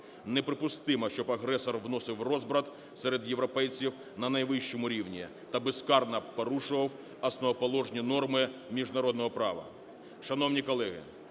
Неприпустимо, щоб агресор вносив розбрат серед європейців на найвищому рівні та безкарно порушував основоположні норми міжнародного права.